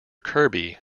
kirby